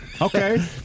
Okay